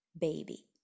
baby